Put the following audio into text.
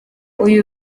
uyu